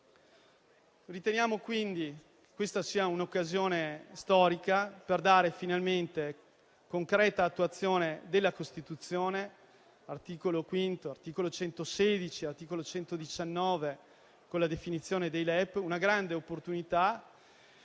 Riteniamo quindi che questa sia un'occasione storica per dare finalmente concreta attuazione alla Costituzione, al Titolo V e agli articoli 116 e 119, con la definizione dei LEP. È una grande opportunità